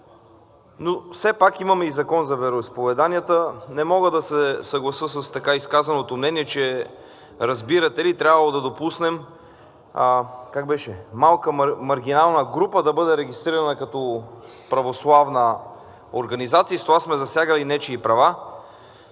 Но все пак имаме и Закон за вероизповеданията. Не мога да се съглася с така изказаното мнение, че разбирате ли, трябвало да допуснем, как беше – малка маргинална група, да бъде регистрирана като православна организация. С това сме засягали нечии права.